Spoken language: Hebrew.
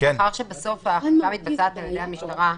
מאחר שבסוף האכיפה מתבצעת על ידי המשטרה,